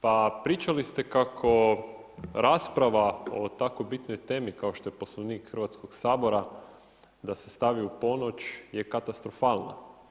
Pa pričali ste kako rasprava o tako bitnoj temi kao što je Poslovnik Hrvatskog sabora da se stavi u ponoć je katastrofalna.